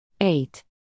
eight